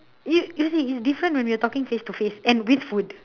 you you see it's different when we are talking face to face and with food